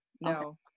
No